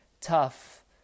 Tough